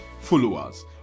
Followers